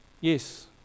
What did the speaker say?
Yes